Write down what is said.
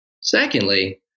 Secondly